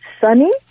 sunny